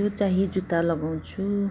यो चाहिँ जुत्ता लगाउँछु